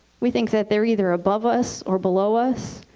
we think that they're either above us or below us.